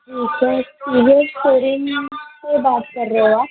जी sir T V S showroom से बात कर रहे हो आप